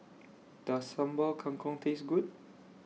Does Sambal Kangkong Taste Good